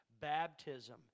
Baptism